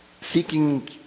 Seeking